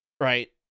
right